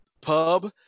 pub